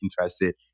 interested